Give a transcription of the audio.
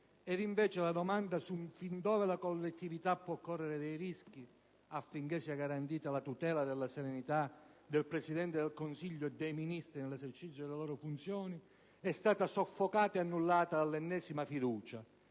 Ed invece la domanda su fin dove la collettività può correre dei rischi affinché sia garantita la tutela della serenità del Presidente del Consiglio e dei Ministri nell'esercizio delle loro funzioni, è stata soffocata e annullata dalla ennesima fiducia